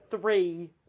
three